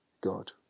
God